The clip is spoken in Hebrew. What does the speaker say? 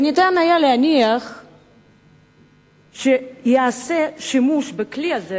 והיה אפשר להניח שייעשה שימוש בכלי הזה